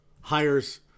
hires